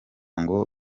ngo